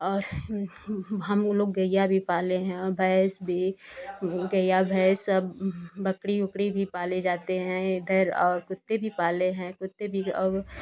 और हम लोग गइया भी पाले हैं और भैंस भी गइया भैंस बकरी उकरी भी पाले जाते हैं इधर और कुत्ते भी पाले हैं और कुत्ते भी और